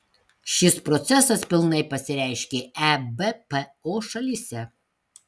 šis procesas pilnai pasireiškė ebpo šalyse